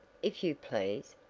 if you please,